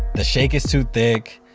the shake is too thick,